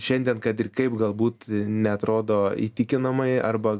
šiandien kad ir kaip galbūt neatrodo įtikinamai arba